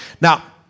Now